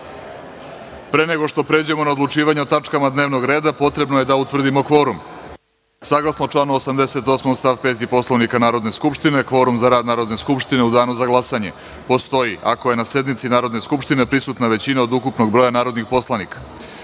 pre nego što pređemo na odlučivanje o tačkama dnevnog reda, potrebno je da utvrdimo kvorum. Saglasno članu 88. stav 5. Poslovnika Narodne skupštine, kvorum za rad Narodne skupštine u danu za glasanje postoji ako je na sednici Narodne skupštine prisutna većina od ukupnog broja narodnih poslanika. Molim